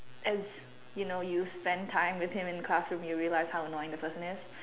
as you know you spend time with him in classroom you realise how annoying the person is